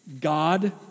God